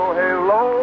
hello